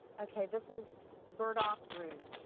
okay, this is burdock root.